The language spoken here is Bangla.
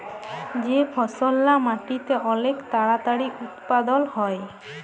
যে ফসললা মাটিতে অলেক তাড়াতাড়ি উৎপাদল হ্যয়